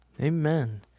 Amen